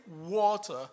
water